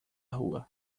rua